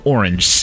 Orange